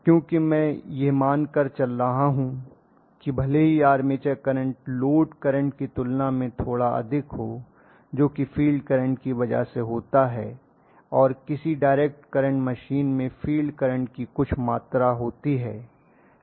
क्योंकि मैं यह मानकर चल रहा हूं कि भले ही आर्मेचर करंट लोड करंट की तुलना में थोड़ा अधिक हो जो कि फ़ील्ड करंट की वजह से होता है और किसी डाइरेक्ट करंट मशीन में फ़ील्ड करंट की कुछ मात्रा होती है